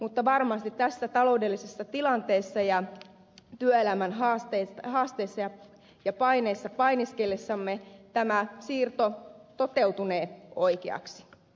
mutta varmasti tässä taloudellisessa tilanteessa ja työelämän haasteissa ja paineissa painiskellessamme tämä siirto toteutunee oikein